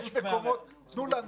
--- יש מקומות, תנו לנו.